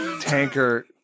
tanker